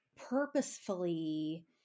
purposefully